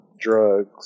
drugs